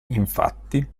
infatti